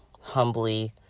humbly